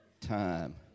time